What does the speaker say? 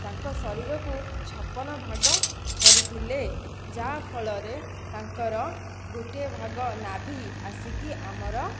ତାଙ୍କ ଶରୀରକୁ ଛପନ ଭାଗ କରିଥିଲେ ଯାହାଫଳରେ ତାଙ୍କର ଗୋଟିଏ ଭାଗ ନାଭି ଆସିକି ଆମର